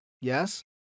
yes